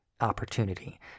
opportunity